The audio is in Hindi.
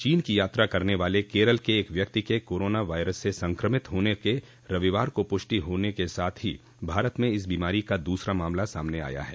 चीन की यात्रा करने वाले केरल के एक व्यक्ति के कोरोना वायरस से संकमित होने के रविवार को पुष्टि होने के साथ ही भारत में इस बीमारी का दूसरा मामला सामने आया है